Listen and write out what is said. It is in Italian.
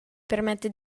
permette